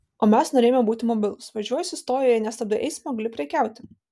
o mes norėjome būti mobilūs važiuoji sustoji ir jei nestabdai eismo gali prekiauti